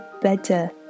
better